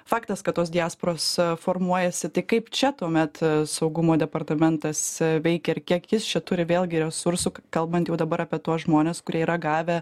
faktas kad tos diasporos formuojasi tai kaip čia tuomet saugumo departamentas veikia ir kiek jis čia turi vėlgi resursų kalbant jau dabar apie tuos žmones kurie yra gavę